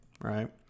Right